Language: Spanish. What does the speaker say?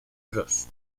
bros